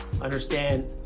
understand